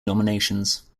nominations